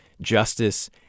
justice